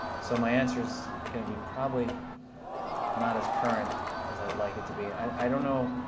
so my answer is going to be probably not as current as i'd like it to be. i don't know.